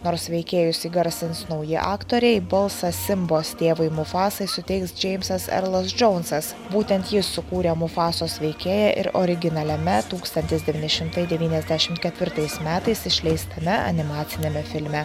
nors veikėjus įgarsins nauji aktoriai balsą simbos tėvui mufasai suteiks džeimsas erlas džonsas būtent jis sukūrė mufasos veikėją ir originaliame tūkstantis devyni šimtai devyniasdešimt ketvirtais metais išleistame animaciniame filme